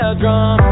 drum